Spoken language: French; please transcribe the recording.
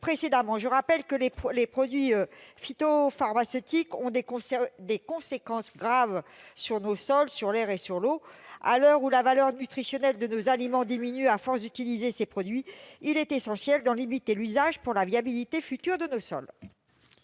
médicinales. Je rappelle que les produits phytopharmaceutiques ont des conséquences graves pour les sols, l'air et l'eau. À l'heure où la valeur nutritionnelle de nos aliments diminue à force d'utiliser ces produits, il est essentiel d'en limiter l'usage pour la viabilité future de nos sols.